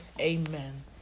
Amen